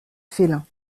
félin